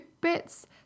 bits